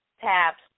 tabs